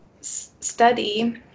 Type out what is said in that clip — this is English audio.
study